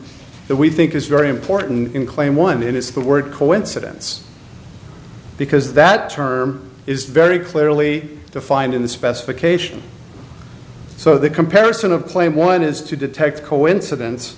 that we think is very important in claim one it is the word coincidence because that term is very clearly defined in the specification so the comparison of claim one is to detect coincidence